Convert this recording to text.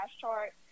chart